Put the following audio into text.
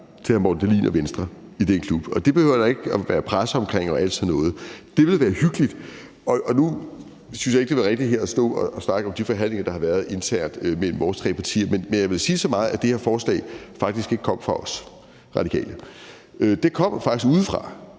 til hr. Morten Dahlin og Venstre i den klub, og det behøver der ikke at være presse omkring og alt sådan noget. Det ville være hyggeligt. Nu synes jeg ikke, at det ville være rigtigt at stå her og snakke om de forhandlinger, der har været internt mellem vores tre partier, men jeg vil sige så meget, at det her forslag faktisk ikke kom fra os i Radikale. Det kom faktisk udefra.